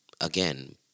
again